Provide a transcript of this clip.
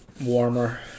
warmer